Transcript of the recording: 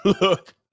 look